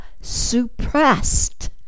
suppressed